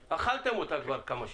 אכלתם אותה כבר כמה שנים.